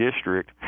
district